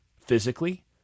physically